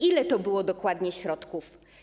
Ile to było dokładnie środków?